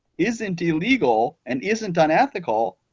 isn't illegal and isn't unethical.